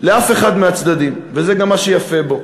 לאף אחד מהצדדים, וזה גם מה שיפה בו.